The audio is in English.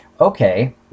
okay